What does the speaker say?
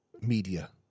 media